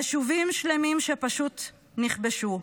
יישובים שלמים שפשוט נכבשו,